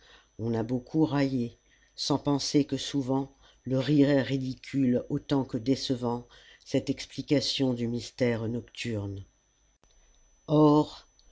on a beaucoup raillé sans penser que souvent le rire est ridicule autant que décevant cette explication du mystère nocturne or